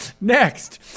Next